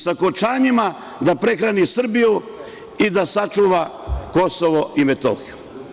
Sa kočanjima da prehrani Srbiju i da sačuva Kosovo i Metohiju.